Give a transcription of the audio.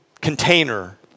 container